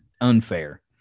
Unfair